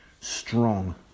strong